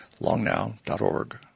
longnow.org